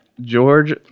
George